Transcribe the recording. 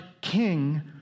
king